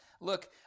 look